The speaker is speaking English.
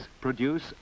produce